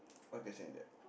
what question is that